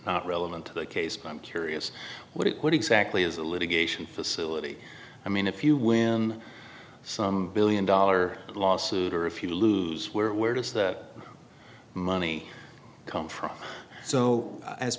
relevant to the case but i'm curious what it what exactly is a litigation facility i mean if you win some million dollar lawsuit or if you lose where where does that money come from so